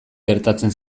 gertatzen